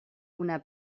una